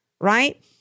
right